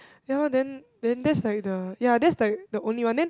ya lor then then that's like the ya that's like the only one then